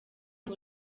ngo